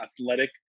athletic